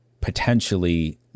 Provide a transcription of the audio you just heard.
potentially